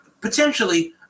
potentially